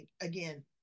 again